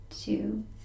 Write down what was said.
two